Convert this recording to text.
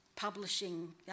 publishing